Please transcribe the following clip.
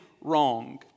wrong